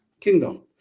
kingdom